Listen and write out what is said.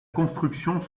construction